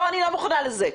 אני לא מוכנה לזה,